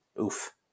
oof